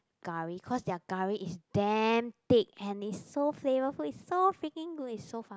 curry cause their curry is damn thick and it's so flavourful it's so freaking good it's so